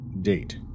Date